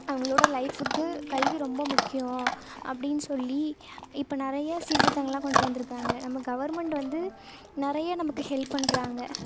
அவங்களோட லைஃப்புக்கு கல்வி ரொம்ப முக்கியம் அப்டின்னு சொல்லி இப்போ நிறைய சீர்திருத்தங்கள்லாம் கொண்ட்டு வந்திருக்காங்க நம்ம கவர்மெண்ட் வந்து நிறைய நமக்கு ஹெல்ப் பண்ணுறாங்க